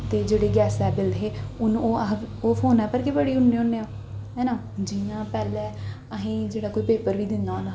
ते जेह्ड़े गैसा दे बिल हे हून ओह् अह् ओह् फोना पर गै करी ओड़ने होन्ने आं हैना जि'यां पैह्लें असें गी जेह्ड़ा कोई पेपर बी देना होंदा हा